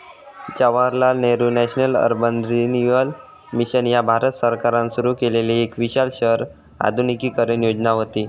Jawaharlal Nehru national urban renewal mission ह्या भारत सरकारान सुरू केलेली एक विशाल शहर आधुनिकीकरण योजना व्हती